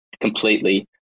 completely